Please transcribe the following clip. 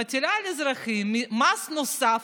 מטילה על אזרחים מס נוסף,